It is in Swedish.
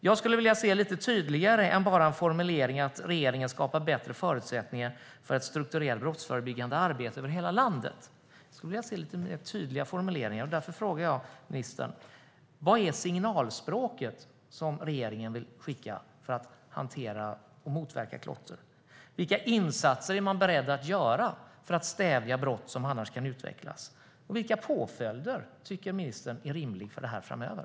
Jag skulle vilja se lite tydligare formuleringar än bara att regeringen skapar bättre förutsättningar för ett strukturellt brottsförebyggande arbete över hela landet. Därför frågar jag ministern: Vilket signalspråk vill regeringen skicka för att hantera och motverka klotter? Vilka insatser är man beredd att göra för att stävja brott som annars kan utvecklas? Vilka påföljder tycker ministern är rimliga framöver?